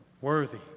Worthy